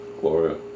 Gloria